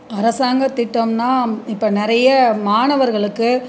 அரசாங்க திட்டனா இப்போ நிறைய மாணவர்களுக்கு